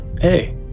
Hey